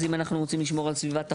אז אם אנחנו רוצים לשמור על סביבת החוק,